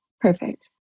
Perfect